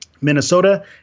minnesota